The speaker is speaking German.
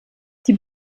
die